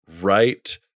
right